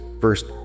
first